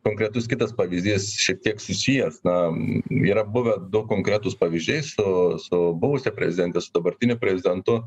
konkretus kitas pavyzdys šiek tiek susijęs na yra buvę du konkretūs pavyzdžiai su su buvusia prezidente su dabartiniu prezidentu